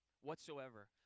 Whatsoever